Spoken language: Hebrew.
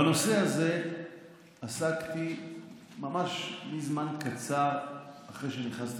בנושא הזה עסקתי ממש לזמן קצר אחרי שנכנסתי